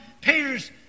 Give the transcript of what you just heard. Peter's